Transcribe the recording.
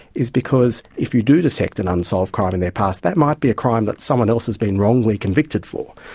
is because if you do detect an unsolved crime in their past that might be a crime that someone else has been wrongly convicted for,